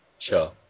Sure